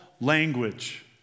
language